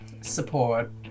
Support